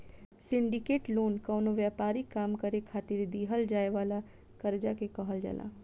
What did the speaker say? syndicated loan कवनो व्यापारिक काम करे खातिर दीहल जाए वाला कर्जा के कहल जाला